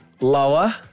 Lower